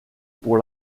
pour